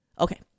Okay